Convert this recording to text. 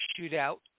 shootout